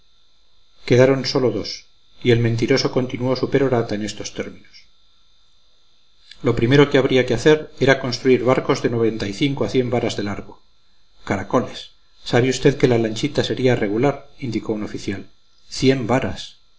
quedaron sólo dos y el mentiroso continuó su perorata en estos términos lo primero que habría que hacer era construir barcos de a varas de largo caracoles sabe usted que la lanchita sería regular indicó un oficial cien varas